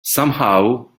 somehow